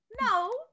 No